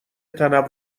تنوع